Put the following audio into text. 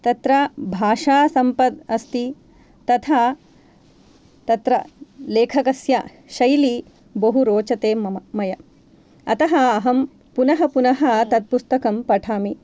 तत्र भाषासम्पत् अस्ति तथा तत्र लेखकस्य शैली बहु रोचते मम मया अतः अहं पुनः पुनः तत् पुस्तकं पठामि